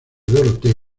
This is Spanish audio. dorotea